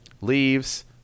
leaves